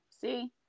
See